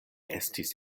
estis